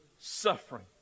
suffering